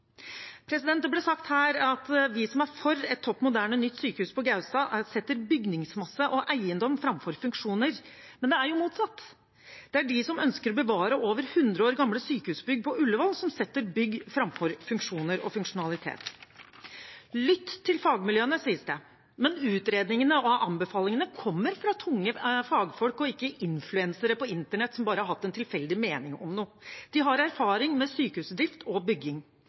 Det ble sagt her at vi som er for et topp moderne, nytt sykehus på Gaustad, setter bygningsmasse og eiendom framfor funksjoner – men det er jo motsatt. Det er de som ønsker å bevare over 100 år gamle sykehusbygg på Ullevål, som setter bygg framfor funksjoner og funksjonalitet. Lytt til fagmiljøene, sies det, men utredningene og anbefalingene kommer fra tunge fagfolk og ikke influensere på internett som bare har hatt en tilfeldig mening om noe. De har erfaring med sykehusdrift og bygging.